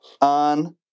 On